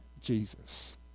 Jesus